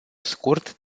scurt